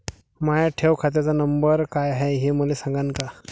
माया ठेव खात्याचा नंबर काय हाय हे मले सांगान का?